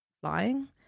flying